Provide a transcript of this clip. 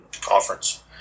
conference